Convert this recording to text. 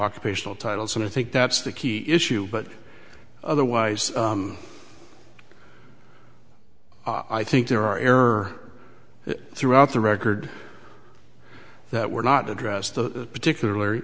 occupational titles and i think that's the key issue but otherwise i think there are error throughout the record that were not addressed the particular